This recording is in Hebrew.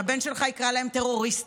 והבן שלך יקרא להם טרוריסטים,